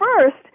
first